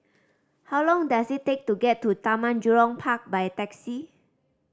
how long does it take to get to Taman Jurong Park by taxi